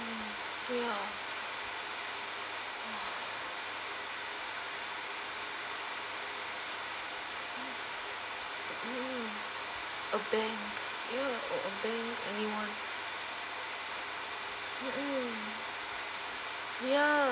true lah mm a bank ya a bank anyone mmhmm ya